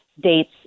dates